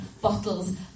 bottles